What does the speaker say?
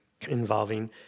involving